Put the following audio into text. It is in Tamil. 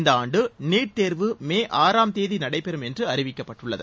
இந்த ஆண்டு நீட் தேர்வு மே ஆறாம் தேதி நடைபெறும் என்று அறிவிக்கப்பட்டுள்ளது